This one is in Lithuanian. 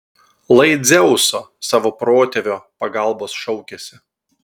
lai dzeuso savo protėvio pagalbos šaukiasi